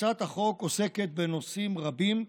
הצעת החוק עוסקת בנושאים רבים.